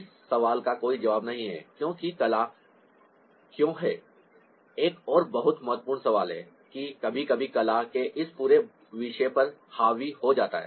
इस सवाल का कोई जवाब नहीं है क्योंकि कला क्यों है एक और बहुत महत्वपूर्ण सवाल है कि कभी कभी कला के इस पूरे विषय पर हावी हो जाता है